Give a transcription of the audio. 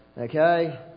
Okay